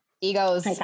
Egos